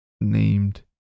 named